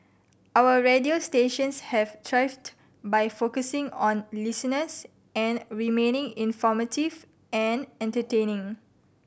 our radio stations have thrived by focusing on listeners and remaining informative and entertaining